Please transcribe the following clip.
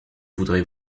voudrez